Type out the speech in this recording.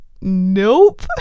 Nope